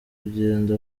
kugenda